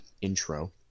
intro